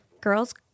girls